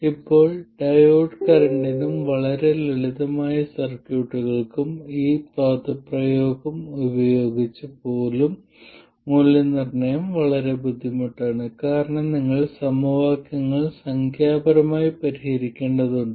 ഇപ്പോൾ ഡയോഡ് കറന്റിനും വളരെ ലളിതമായ സർക്യൂട്ടുകൾക്കും ഈ പദപ്രയോഗം ഉപയോഗിച്ച് പോലും മൂല്യനിർണ്ണയം വളരെ ബുദ്ധിമുട്ടാണ് കാരണം നിങ്ങൾ സമവാക്യങ്ങൾ സംഖ്യാപരമായി പരിഹരിക്കേണ്ടതുണ്ട്